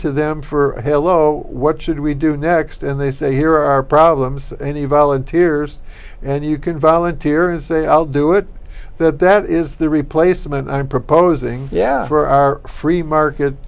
to them for hello what should we do next and they say here are problems any volunteers and you can volunteer is a i'll do it that that is the replacement i'm proposing yeah for our free market